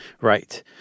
Right